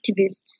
activists